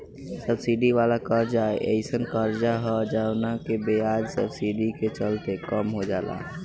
subsidy वाला कर्जा एयीसन कर्जा ह जवना के ब्याज सब्सिडी के चलते कम हो जाला